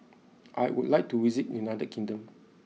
I would like to visit United Kingdom